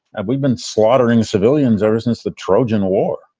and we'd been slaughtering civilians. our business, the trojan war.